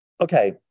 Okay